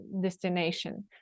destination